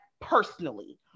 personally